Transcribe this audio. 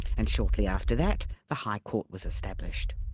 and shortly after that, the high court was established.